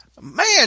Man